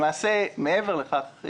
מעבר לכך,